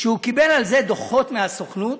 שהוא קיבל על זה דוחות מהסוכנות,